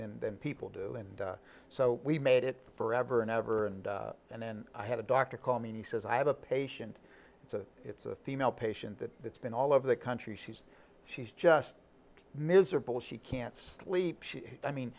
most people do and so we made it forever and ever and and then i had a doctor call me and he says i have a patient it's a it's a female patient that's been all over the country she's she's just miserable she can't sleep i mean